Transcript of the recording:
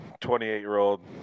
28-year-old